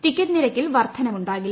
ticket നിരക്കിൽ വർദ്ധനവുണ്ടാകില്ല